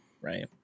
right